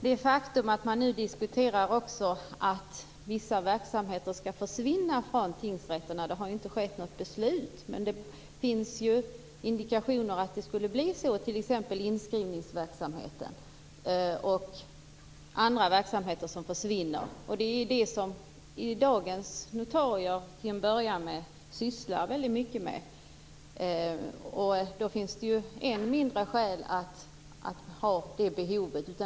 Herr talman! Man diskuterar att vissa verksamheter skall försvinna från tingsrätterna. Det har inte fattats något beslut, men det finns indikationer om att det skulle bli så. Det gäller exempelvis inskrivningsverksamheten och andra verksamheter som dagens notarier till att börja med sysslar mycket med. Då finns det än mindre skäl för det behovet.